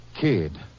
kid